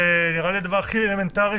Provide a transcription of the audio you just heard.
נראה לי הדבר הכי אלמנטרי.